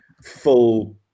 full